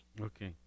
Okay